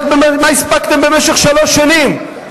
רק מה הספקתם במשך שלוש שנים,